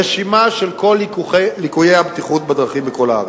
רשימה של כל ליקויי הבטיחות בדרכים בכל הארץ.